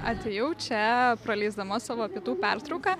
atėjau čia praleisdama savo pietų pertrauką